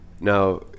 Now